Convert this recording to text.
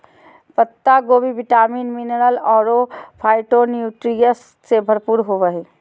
पत्ता गोभी vitamin, mineral अरो फाइटोन्यूट्रिएंट्स से भरपूर होबा हइ